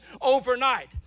overnight